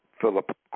Philip